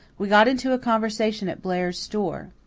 we got into a conversation at blair's store.